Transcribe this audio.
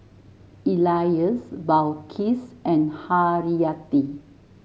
Elyas Balqis and Haryati